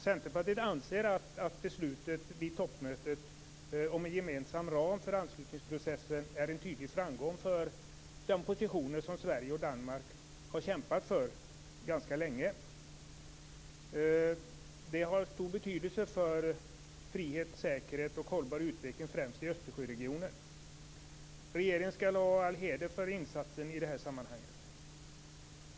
Centerpartiet anser att beslutet vid toppmötet om en gemensam ram för anslutningsprocessen är en tydlig framgång för de positioner som Sverige och Danmark har kämpat för ganska länge. Det har stor betydelse för frihet, säkerhet och hållbar utveckling främst i Östersjöregionen. Regeringen skall ha all heder för insatsen i detta sammanhang.